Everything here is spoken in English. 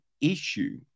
issue